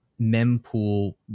mempool